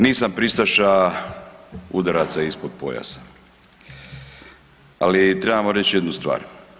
Nisam pristaša udaraca ispod pojasa, ali trebamo reći jednu stvar.